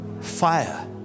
fire